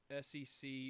SEC